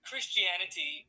Christianity